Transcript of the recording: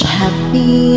happy